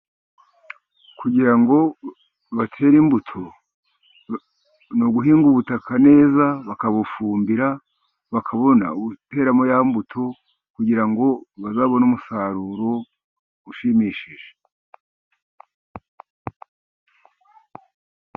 Kugira ngo batere imbuto ni uguhinga ubutaka neza, bakabufumbira, bakabona ubuteramo ya mbuto kugira ngo bazabone umusaruro ushimishije.